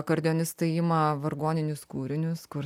akordeonistai ima vargoninius kūrinius kur